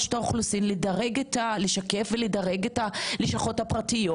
שרשות האוכלוסין צריכה לשקף ולדרג את הלשכות הפרטיות